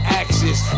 axis